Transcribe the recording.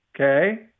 okay